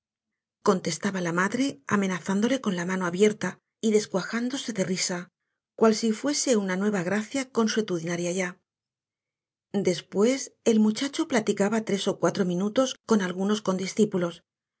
contestaba la madre amenazándole con la mano abierta y descuajándose de risa cual si fuese nueva una gracia consuetudinaria ya después el muchacho platicaba tres ó cuatro minutos con algunos condiscípulos